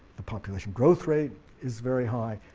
the population growth rate is very high,